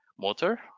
motor